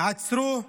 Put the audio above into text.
עצרו,